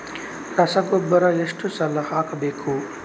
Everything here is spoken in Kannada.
ರಸಗೊಬ್ಬರ ಎಷ್ಟು ಸಲ ಹಾಕಬೇಕು?